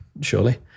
surely